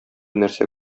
нәрсә